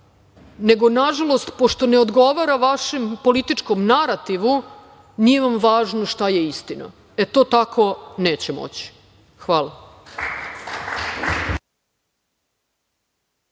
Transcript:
nego nažalost, pošto ne odgovara vašem političkom narativu, nije vam važno šta je istina. E, to tako neće moći. Hvala.